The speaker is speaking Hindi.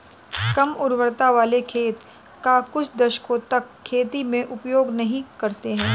कम उर्वरता वाले खेत का कुछ दशकों तक खेती में उपयोग नहीं करते हैं